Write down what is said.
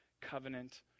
covenant